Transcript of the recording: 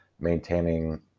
maintaining